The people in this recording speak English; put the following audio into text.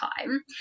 time